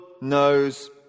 knows